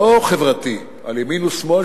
לא חברתי על ימין ושמאל,